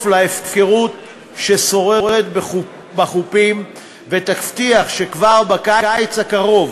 להפקרות ששוררת בחופים ומבטיחה שכבר בקיץ הקרוב